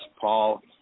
Paul